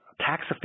tax